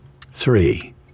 Three